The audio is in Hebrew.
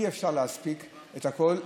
אי-אפשר להספיק את הכול.